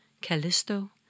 Callisto